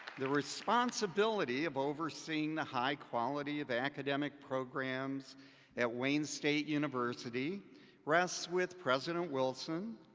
the responsibility of overseeing the high quality of academic programs at wayne state university rests with president wilson,